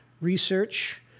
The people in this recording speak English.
research